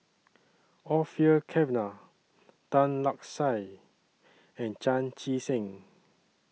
Orfeur Cavenagh Tan Lark Sye and Chan Chee Seng